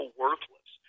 worthless